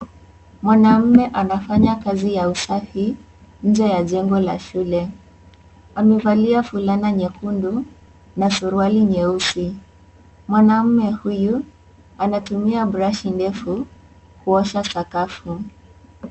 Mwanamme anafanya kazi ya usafi nje ya jengo la shule. Amevalia fulana nyekundu na suruali nyeusi , mwanamme huyu anatumia CS)brushi(CS)ndefu kuosha sakafu.